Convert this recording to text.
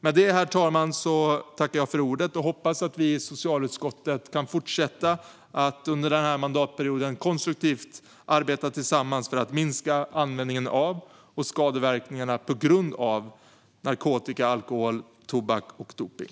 Med detta, herr talman, tackar jag för ordet och hoppas att vi i socialutskottet kan fortsätta att under denna mandatperiod konstruktivt arbeta tillsammans för att minska användningen av och skadeverkningarna på grund av narkotika, alkohol, tobak och dopning.